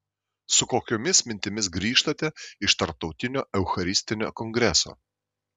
su kokiomis mintimis grįžtate iš tarptautinio eucharistinio kongreso